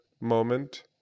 moment